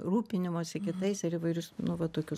rūpinimosi kitais ir įvairius nu va tokius